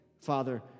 Father